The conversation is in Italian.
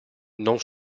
non